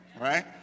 right